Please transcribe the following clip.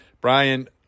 Brian